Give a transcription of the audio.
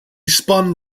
spun